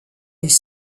les